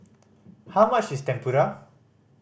how much is Tempura